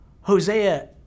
Hosea